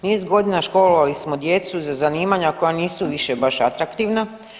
Niz godina školovali smo djecu za zanimanja koja nisu više baš atraktivna.